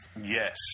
Yes